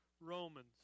Romans